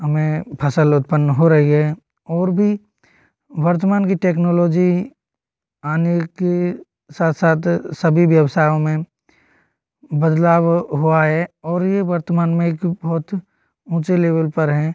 हमें फसल उत्पन्न हो रही है और भी वर्तमान की टेक्नोलॉजी आने के साथ साथ सभी व्यवसायों में बदलाव हुआ है और ये वर्तमान में एक बहुत ऊँचे लेवल पर हैं